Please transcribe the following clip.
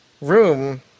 room